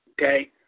Okay